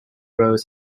roles